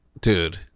Dude